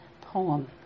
poem